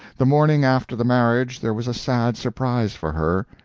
the morning after the marriage there was a sad surprise for her.